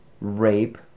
rape